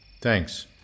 Thanks